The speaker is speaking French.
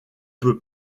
peut